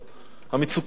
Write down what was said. המצוקה היא אמיתית,